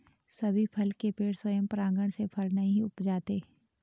सभी फल के पेड़ स्वयं परागण से फल नहीं उपजाते